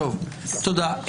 תודה.